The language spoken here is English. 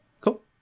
cool